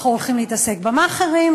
אנחנו הולכים להתעסק במאכערים,